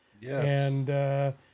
Yes